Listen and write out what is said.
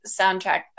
soundtrack